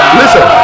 listen